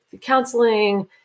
counseling